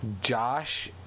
Josh